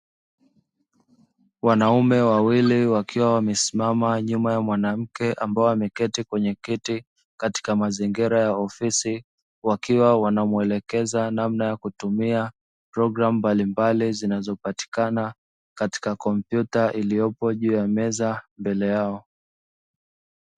Wanaume wawili wakiwa wamesiamama nyuma ya wanawake wameketi kwenye kiti katika mazangira ya ofisi, wakiwa wanamuelekeza namana ha kutumia programu mbalimbali zinazopatikana katika kompyuta juu ya meza mbele yao.